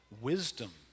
Wisdom